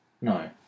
No